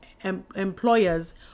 employers